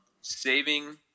saving